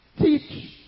teach